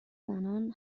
زنان